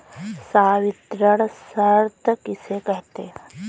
संवितरण शर्त किसे कहते हैं?